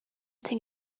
think